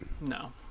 No